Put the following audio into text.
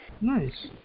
Nice